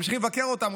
ממשיכים לבקר אותם.